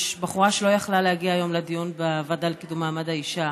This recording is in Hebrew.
בחורה שלא יכלה להגיע היום לדיון בוועדה לקידום מעמד האישה,